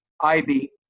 IB